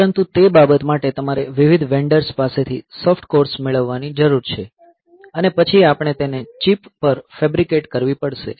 પરંતુ તે બાબત માટે તમારે વિવિધ વેંડર્સ પાસેથી સોફ્ટકોર્સ મેળવવાની જરૂર છે અને પછી આપણે તેને ચિપ પર ફેબ્રીકેટ કરવી પડશે